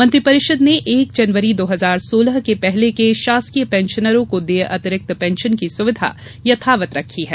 मंत्रिपरिषद ने एक जनवरी दो हजार सोलह के पहले के शासकीय पेंशनरों को देय अतिरिक्त पेंशन की सुविधा यथावत रखी गई है